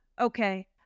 Okay